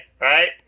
Right